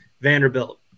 Vanderbilt